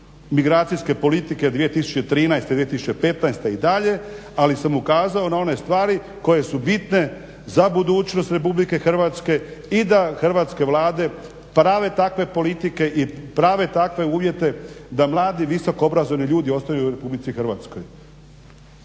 migracijske politike 2013.-2015.i dalje ali sam ukazao na one stvari koje su bitne za budućnost Republike Hrvatske i da hrvatske Vlade prave takve politike i prave takve uvjete da mladi visoko obrazovani ljudi ostaju u Republici Hrvatskoj.